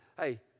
hey